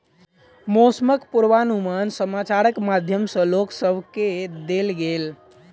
मौसमक पूर्वानुमान समाचारक माध्यम सॅ लोक सभ केँ देल गेल